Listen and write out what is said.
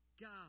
God